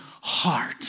heart